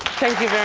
thank you